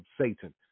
Satan